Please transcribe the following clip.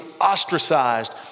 ostracized